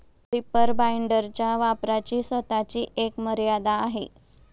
reaper बाइंडरच्या वापराची स्वतःची एक मर्यादा आहे